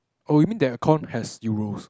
oh you mean their account has euros